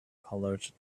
colored